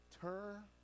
Turn